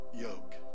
yoke